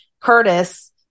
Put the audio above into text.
Curtis